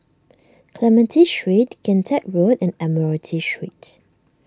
Clementi Street Kian Teck Road and Admiralty Street